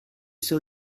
still